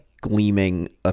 gleaming